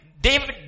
David